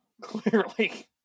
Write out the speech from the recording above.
clearly